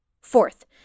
Fourth